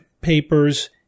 papers